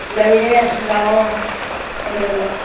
ꯂꯩꯔꯦ ꯂꯥꯛꯑꯣ ꯌꯧꯁꯤꯜꯂꯛꯑꯣ